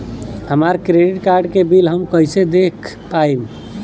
हमरा credit card के bill हम कइसे देख पाएम?